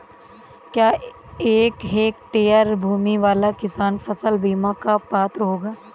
क्या एक हेक्टेयर भूमि वाला किसान फसल बीमा का पात्र होगा?